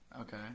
Okay